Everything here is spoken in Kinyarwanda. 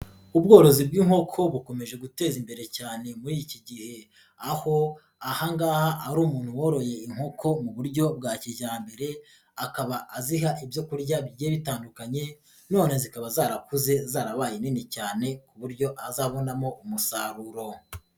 Ubworozi bw'inkoko bukomeje guteza imbere cyane muri iki gihe. Aho ahangaha ari umuntu woroye inkoko mu buryo bwa kijyambere, akaba aziha ibyo kurya bigiye bitandukanye, none zikaba zarakuze zarabaye nini cyane ku buryo azabonamo umusaruro.